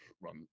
run